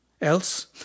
else